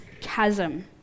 chasm